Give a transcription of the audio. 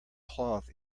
cloth